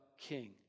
king